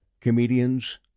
comedians